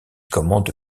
commande